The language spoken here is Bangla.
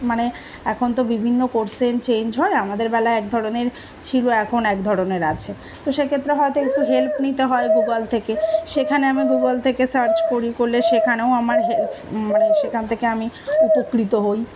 মানে এখন তো বিভিন্ন কোর্সের চেঞ্জ হয় আমাদের বলা এক ধরনের ছিরো এখন এক ধরনের আছে তো সেক্ষেত্রে হয়তো একটু হেল্প নিতে হয় গুগল থেকে সেখানে আমি গুগল থেকে সার্চ করি করলে সেখানেও আমার হেল্প মানে সেখান থেকে আমি উপকৃত হই